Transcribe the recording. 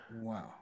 Wow